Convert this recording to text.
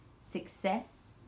Success